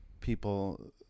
people